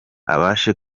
abashe